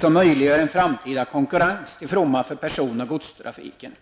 som möjliggör en framtida konkurrens till fromma för såväl personsom godsbefordran.